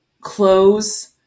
clothes